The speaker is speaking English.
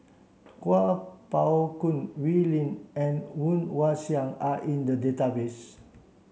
Kuo Pao Kun Wee Lin and Woon Wah Siang are in the database